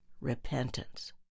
repentance